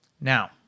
Now